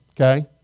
Okay